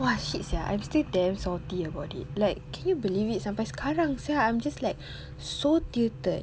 !wah! shit sia I'm still damn salty about it like can you believe it sampai sekarang sia I'm just like so tilted